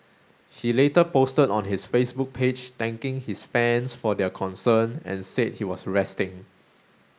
he later posted on his Facebook page thanking his fans for their concern and said he was resting